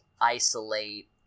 isolate